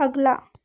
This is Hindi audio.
अगला